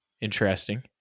Interesting